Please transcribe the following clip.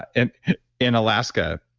and in alaska,